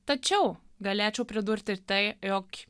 tačiau galėčiau pridurti ir tai jog